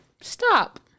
stop